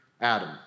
Adam